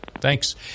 Thanks